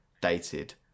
Dated